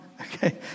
okay